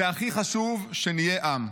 זה הכי חשוב, שנהיה עם.